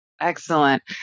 Excellent